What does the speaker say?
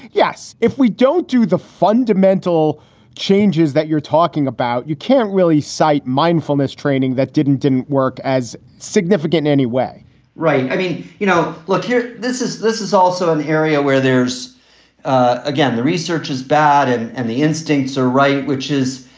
yes. if we don't do the fundamental changes that you're talking about, you can't really cite mindfulness training that didn't didn't work as significant anyway right. i mean, you know, look here, this is this is also an area where there's again, the research is bad and and the instincts are right, which is,